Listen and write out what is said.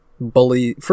bully